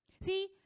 See